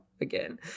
again